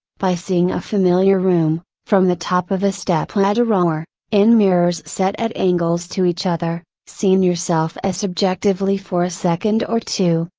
by seeing a familiar room, from the top of a stepladder ah or, in mirrors set at angles to each other, seen yourself as objectively for a second or two,